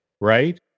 right